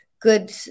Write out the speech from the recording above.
good